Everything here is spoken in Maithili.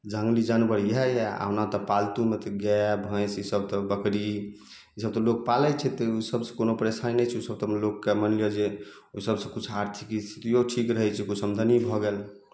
जङ्गली जानवर इएह यऽ आओर हमरा ओतऽ पालतूमे तऽ गाइ भैँस ईसब तऽ बकरी ईसब तऽ लोक पालै छै तऽ ईसबसे कोनो परेशानी नहि छै लोकके मानि लिअऽ जे ओ सबसे किछु आर्थिक स्थितिओ ठीक रहै छै किछु आमदनी भऽ गेल